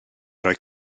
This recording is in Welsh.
roi